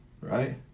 right